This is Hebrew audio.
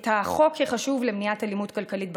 את החוק החשוב למניעת אלימות כלכלית במשפחה.